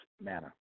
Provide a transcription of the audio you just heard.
manner